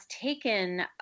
taken